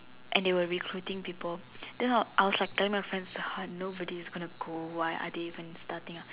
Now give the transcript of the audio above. and they were recruiting people then I I was like telling my friends uh nobody is gonna go why are they even starting up